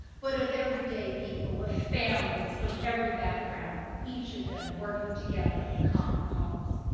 but of everyday people, of families from every background, each of them working together in common cause.